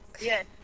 Yes